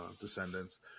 Descendants